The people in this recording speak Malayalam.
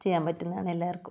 ചെയ്യാൻ പറ്റുന്നതാണ് എല്ലാവർക്കും